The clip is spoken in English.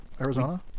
Arizona